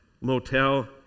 motel